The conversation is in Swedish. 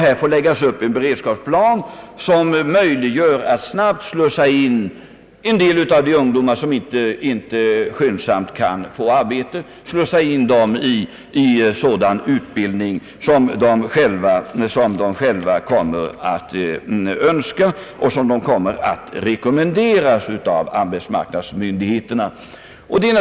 Här får läggas upp en beredskapsplan som möjliggör att snabbt slussa in en del av de ungdomar, som inte skyndsamt kan få arbete, i sådan utbildning som de själva kommer att önska och som de kommer att rekommenderas av arbetsmarknadsmyndigheterna.